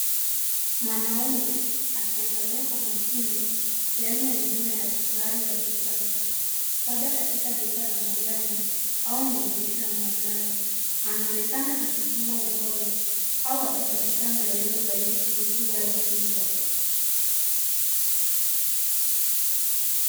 Mwanaume akiangalia kwa makini sehemu ya nyuma ya gari la kisasa labda katika duka la magari au maonyesho ya magari. Anaonyesha akipima ubora au akitafuta maelezo zaidi kuhusu gari hilo.